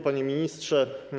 Panie Ministrze!